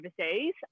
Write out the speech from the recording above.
overseas